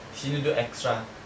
she need to do extra